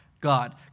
God